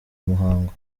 muhango